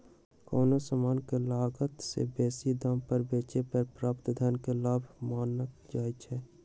कोनो समान के लागत से बेशी दाम पर बेचे पर प्राप्त धन के लाभ मानल जाइ छइ